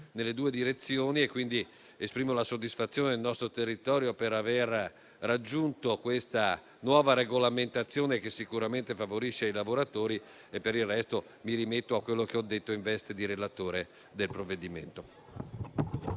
nelle due direzioni. Esprimo la soddisfazione del nostro territorio per aver raggiunto questa nuova regolamentazione, che sicuramente favorisce i lavoratori. Per il resto, mi rimetto a quello che ho detto in veste di relatore del provvedimento.